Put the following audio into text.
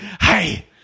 hey